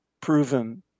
proven